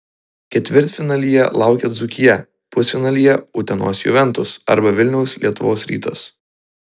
ketvirtfinalyje laukia dzūkija pusfinalyje utenos juventus arba vilniaus lietuvos rytas